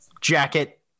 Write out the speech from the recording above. jacket